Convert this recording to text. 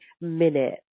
minute